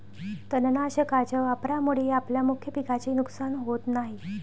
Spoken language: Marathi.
तणनाशकाच्या वापरामुळे आपल्या मुख्य पिकाचे नुकसान होत नाही